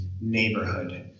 neighborhood